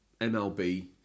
MLB